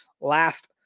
last